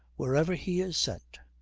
wherever he is sent,